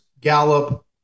Gallup